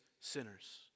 sinners